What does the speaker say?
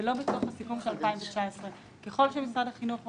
זה לא בתוך הסיכום של 2019. ככל שמשרד החינוך רוצה,